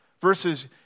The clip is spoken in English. verses